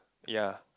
ya